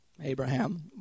Abraham